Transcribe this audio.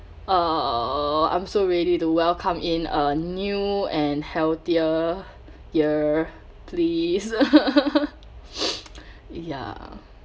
uh I'm so ready to welcome in a new and healthier year please ya